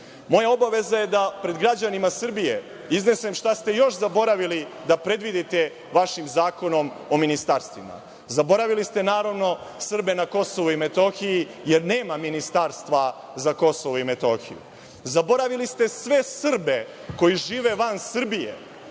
obaveza je da pred građanima Srbije iznesem šta ste još zaboravili da predvidite vašim Zakonom o ministarstvima. Zaboravili ste naravno Srbe na Kosovu i Metohiji, jer nema ministarstva za Kosovo i Metohiju. Zaboravili ste sve Srbe koji žive van Srbije,